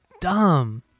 dumb